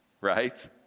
right